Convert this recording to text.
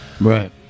right